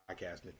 podcasting